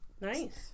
Nice